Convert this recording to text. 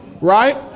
right